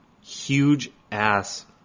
huge-ass